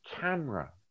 camera